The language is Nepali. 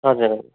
हजुर हजुर